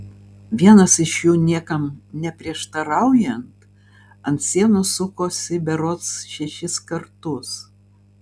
vienas iš jų niekam neprieštaraujant ant sienos sukosi berods šešis kartus